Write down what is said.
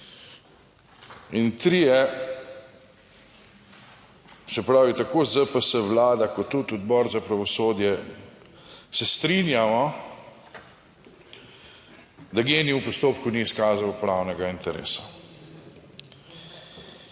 in trije, se pravi tako ZPS, Vlada kot tudi Odbor za pravosodje se strinjamo, da GEN-I v postopku ni izkazal pravnega interesa.